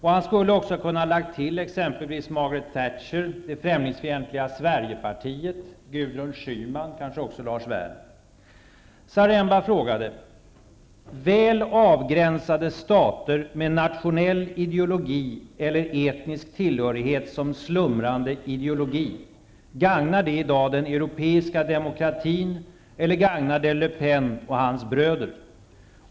Han kunde också ha lagt till exempelvis Margaret Gudrun Schyman och kanske också Lars Werner. Zaremba frågade: ''Väl avgränsade stater med nationell ideologi eller etnisk tillhörighet som slumrande ideologi -- gagnar det i dag den europeiska demokratin eller gagnar det Le Pen och hans bröder?''